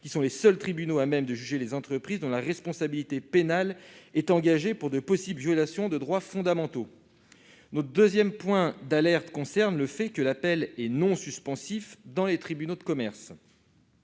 sont les seuls tribunaux à même de juger les entreprises dont la responsabilité pénale est engagée pour de possibles violations de droits fondamentaux. Notre deuxième point d'alerte concerne le fait que l'appel est non suspensif dans les tribunaux de commerce.